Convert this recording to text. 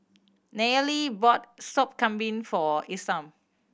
Nayely bought Sop Kambing for Isam